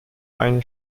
eine